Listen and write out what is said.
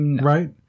right